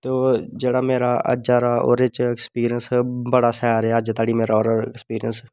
ते ओह् जेह्ड़ा मेरा अज्ज दा एक्सपिरियंस बड़ा शैल रेहा जेह्ड़ा मेरा ओह्दा एक्सपिरियंस